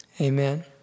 Amen